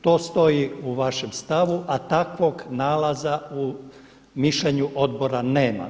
To stoji u vašem stavu, a takvog nalaza u mišljenju Odbora nema.